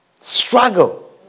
Struggle